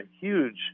huge